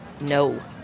No